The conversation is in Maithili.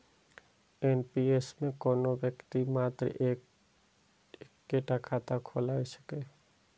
एन.पी.एस मे कोनो व्यक्ति मात्र एक्के टा खाता खोलाए सकैए